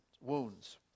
wounds